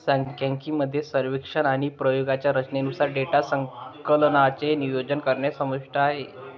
सांख्यिकी मध्ये सर्वेक्षण आणि प्रयोगांच्या रचनेनुसार डेटा संकलनाचे नियोजन करणे समाविष्ट आहे